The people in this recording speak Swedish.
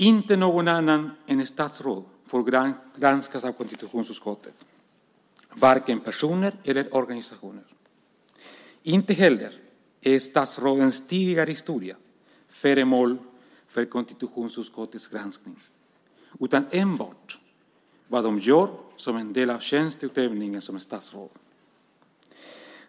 Inte någon annan än ett statsråd får granskas av konstitutionsutskottet, varken personer eller organisationer. Inte heller är statsrådens tidigare historia föremål för konstitutionsutskottets granskning utan enbart vad de gör som en del av tjänsteutövningen som statsråd.